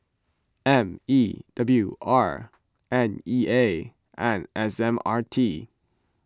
M E W R N E A and S M R T